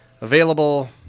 Available